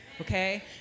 okay